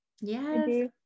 Yes